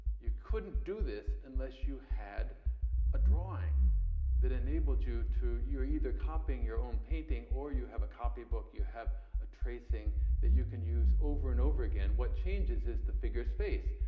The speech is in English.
you couldn't do this unless you had a drawing that enabled you to. you're either copying your own painting, or you have a copy book, you have a tracing that you can use over and over again. what changes is the figure's face.